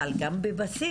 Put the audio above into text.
אבל גם בבסיס,